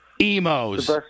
Emo's